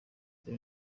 reba